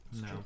no